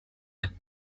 had